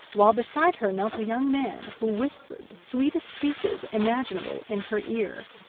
while beside her knelt a young man who whispered the sweetest speeches imaginable in her ear.